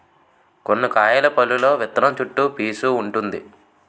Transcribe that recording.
కొన్ని కాయల పల్లులో విత్తనం చుట్టూ పీసూ వుంటుంది